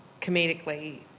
comedically